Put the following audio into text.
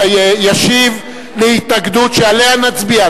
ישיב להתנגדות שעליה נצביע,